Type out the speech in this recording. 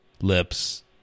Lips